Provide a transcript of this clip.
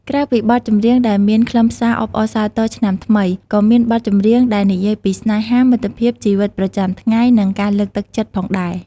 ក្រៅពីបទចម្រៀងដែលមានខ្លឹមសារអបអរសាទរឆ្នាំថ្មី ក៏មានបទចម្រៀងដែលនិយាយពីស្នេហា មិត្តភាព ជីវិតប្រចាំថ្ងៃ និងការលើកទឹកចិត្តផងដែរ។